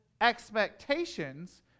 expectations